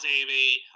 Amy